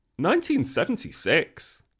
1976